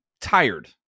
tired